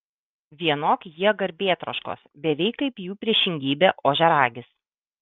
vienok jie garbėtroškos beveik kaip jų priešingybė ožiaragis